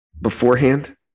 beforehand